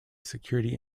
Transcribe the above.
security